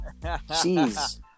Jeez